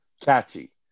catchy